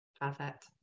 perfect